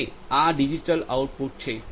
અને આ digital output છે